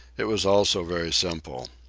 it was all so very simple.